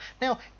Now